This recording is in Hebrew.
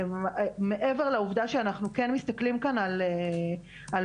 מעבר לעובדה שאנחנו כן מסתכלים כאן על באמת,